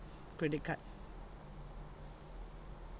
credit card